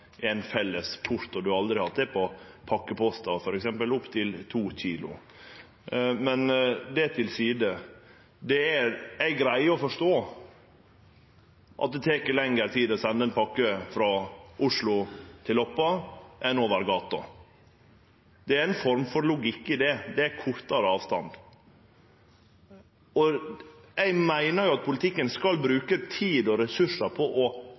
at ein har hatt ein felles porto. Ein har aldri hatt det på pakkepost, f.eks. opp til 2 kg. Men det til side. Eg greier å forstå at det tek lengre tid å sende ei pakke frå Oslo til Loppa enn over gata. Det er ei form for logikk i det – det er kortare avstand. Og eg meiner at politikken skal bruke tid og ressursar på